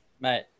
Mate